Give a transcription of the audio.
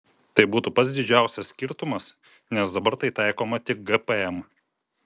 tai būtų pats didžiausias skirtumas nes dabar tai taikoma tik gpm